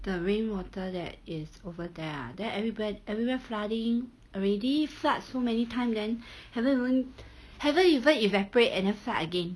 the rain water that is over there ah then everywhere everywhere flooding already floods so many time then haven't even haven't even evaporate and then flood again